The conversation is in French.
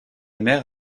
mère